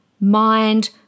Mind